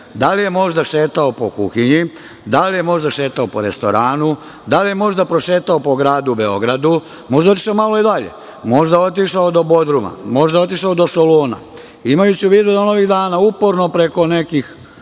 da li je možda šetao po kuhinji, da li je možda šetao po restoranu, da li je možda prošetao po gradu Beogradu, možda otišao malo dalje, do grada Bodruma, do Soluna, imajući u vidu da on ovih dana uporno preko nekih